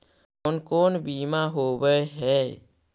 कोन कोन बिमा होवय है?